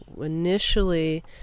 initially